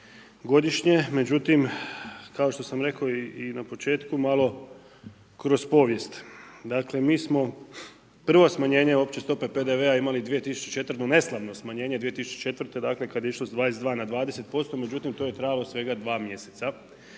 godišnje. Međutim, kao što sam rekao i na početku malo kroz povijest. Dakle, mi smo prvo smanjenje opće stope PDV-a imali 2004., ono neslavno smanjenje, dakle kad je išlo s 22 na 20%. Međutim, to je trajalo svega 2 mjeseca.